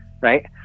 right